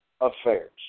affairs